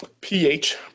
pH